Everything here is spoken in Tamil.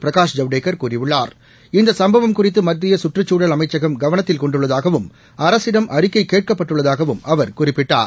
பிரகாஷ் ஜவடேகர் கூறியுள்ளார இந்த சம்பவம் குறித்து மத்திய கற்றுச் சூழல் அமைச்சகம் கவனத்தில் கொண்டுள்ளதாகவும் அரசிடம் அறிக்கை கேட்கப்பட்டுள்ளதாகவும் அவர் குறிப்பிட்டார்